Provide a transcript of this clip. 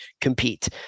compete